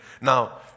Now